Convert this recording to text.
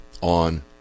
on